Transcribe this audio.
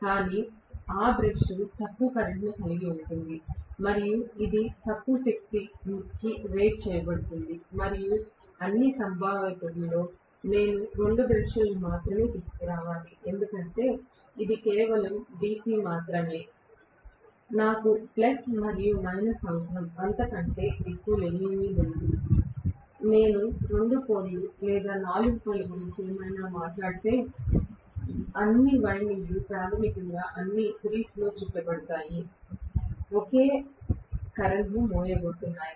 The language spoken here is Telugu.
కానీ ఆ బ్రష్ తక్కువ కరెంట్ను కలిగి ఉంటుంది మరియు ఇది తక్కువ శక్తికి రేట్ చేయబడుతుంది మరియు అన్ని సంభావ్యతలలో నేను 2 బ్రష్లను మాత్రమే తీసుకురావాలి ఎందుకంటే ఇది కేవలం DC మాత్రమే నాకు ప్లస్ మరియు మైనస్ మాత్రమే అవసరం అంతకన్నా ఎక్కువ ఏమీ లేదు నేను 2 పోల్ లేదా 4 పోల్ లేదా ఏమైనా గురించి మాట్లాడితే అన్ని వైండింగ్లు ప్రాథమికంగా అవన్నీ సిరీస్లోచుట్ట బడతాయి ఒకే కరెంట్ను మోయబోతున్నాయి